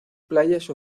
playas